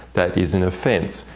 that is an offense.